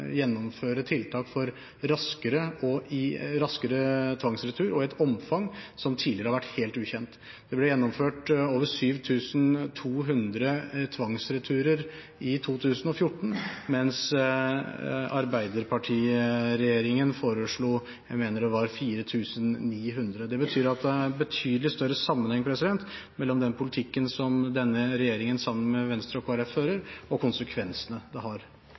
gjennomføre tiltak for raskere tvangsretur og et omfang som tidligere har vært helt ukjent. Det ble gjennomført over 7 200 tvangsreturer i 2014, mens arbeiderpartiregjeringen foreslo 4 900 – mener jeg det var. Det betyr at det er en betydelig større sammenheng mellom den politikken som denne regjeringen sammen med Venstre og Kristelig Folkeparti fører, og konsekvensene den har.